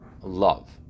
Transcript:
love